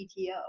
PTO